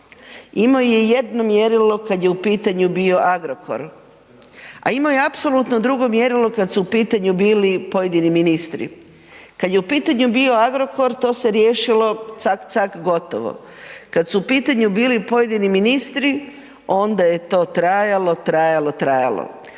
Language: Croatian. Imo je jedno mjerilo kad je u pitanju bio Agrokor, a imo je apsolutno drugo mjerilo kad su u pitanju bili pojedini ministri. Kad je u pitanju bio Agrokor to se riješilo cak cak gotovo, kad su u pitanju bili pojedini ministri onda je to trajalo, trajalo, trajalo.